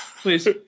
Please